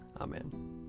Amen